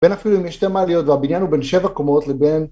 בין אפילו אם יש שתי מעליות והבניין הוא בין שבע קומות לבין